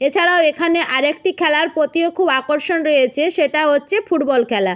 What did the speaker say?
এছাড়াও এখানে আরও একটি খেলার প্রতিও খুব আকর্ষণ রয়েছে সেটা হচ্ছে ফুটবল খেলা